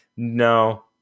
No